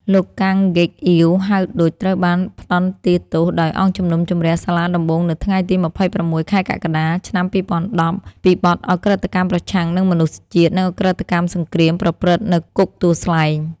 លោកកាំង ហ្កេកអ៊ាវ ហៅឌុច ត្រូវបានផ្តន្ទាទោសដោយអង្គជំនុំជម្រះសាលាដំបូងនៅថ្ងៃទី២៦ ខែកក្កដា ឆ្នាំ២០១០ពីបទឧក្រិដ្ឋកម្មប្រឆាំងនឹងមនុស្សជាតិ និងឧក្រិដ្ឋកម្មសង្គ្រាមប្រព្រឹត្តនៅគុកទួលស្លែង។